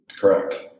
Correct